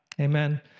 Amen